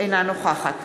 אינה נוכחת